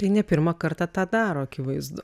tai ne pirmą kartą tą daro akivaizdu